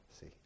see